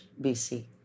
BC